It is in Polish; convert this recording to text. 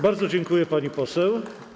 Bardzo dziękuję, pani poseł.